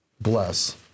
bless